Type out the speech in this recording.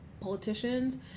politicians